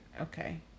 okay